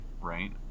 right